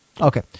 Okay